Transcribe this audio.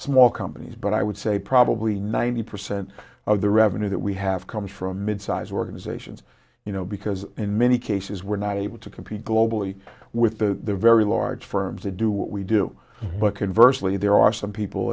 small companies but i would say probably ninety percent of the revenue that we have comes from midsize organizations you know because in many cases we're not able to compete globally with the very large firms that do what we do but adversely there are some people